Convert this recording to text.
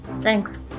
Thanks